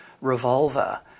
revolver